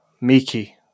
Miki